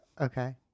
Okay